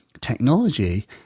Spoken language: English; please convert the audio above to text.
technology